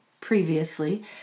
previously